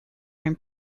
own